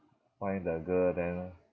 find the girl then